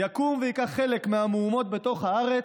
יקום וייקח חלק במהומות בתוך הארץ,